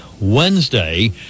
Wednesday